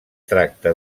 tracta